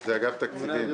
זה אגף התקציבים.